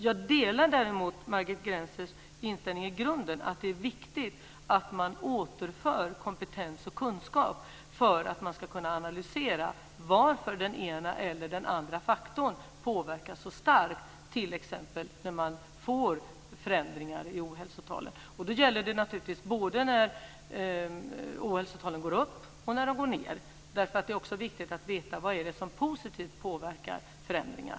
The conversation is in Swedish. Jag delar däremot Margit Gennsers inställning i grunden, att det är viktigt att man återför kompetens och kunskap för att man ska kunna analysera varför den ena eller den andra faktorn påverkar så starkt, t.ex. när man får förändringar i ohälsotalen. Det här gäller naturligtvis både när ohälsotalen går upp och när de går ned. Det är ju också viktigt att veta vad det är som positivt påverkar förändringar.